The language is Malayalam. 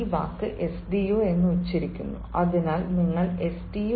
O എന്ന് ഉച്ചരിക്കുന്നു അതിനാൽ നിങ്ങൾ S